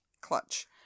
clutch